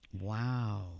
Wow